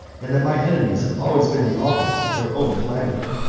and that my enemies have always been the authors of their own calamity.